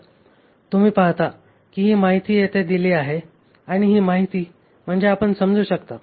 तर तुम्ही पाहता की ही माहिती येथे दिली आहे आणि ही माहिती म्हणजे आपण समजू शकता